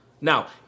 Now